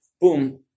boom